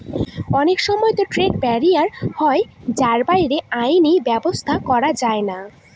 অনেক সময়তো trade barrier হয় যার বাইরে আইনি ব্যাবস্থা করা যায়না